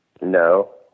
No